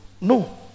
No